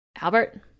Albert